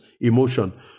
emotion